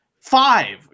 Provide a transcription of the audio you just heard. five